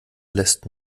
lässt